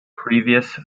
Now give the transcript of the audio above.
previous